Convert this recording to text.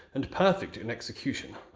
and perfect in execution,